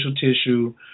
tissue